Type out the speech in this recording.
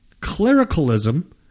clericalism